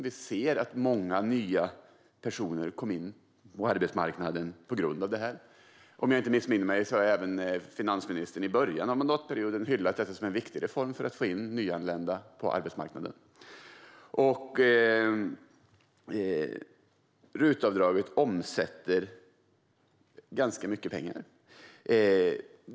Vi har sett att många nya personer kommit in på arbetsmarknaden tack vare RUT. Om jag inte missminner mig hyllade finansministern i början av mandatperioden RUT som en viktig reform för att få in nyanlända på arbetsmarknaden. RUT-avdraget omsätter mycket pengar.